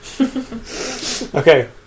Okay